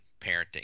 parenting